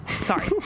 Sorry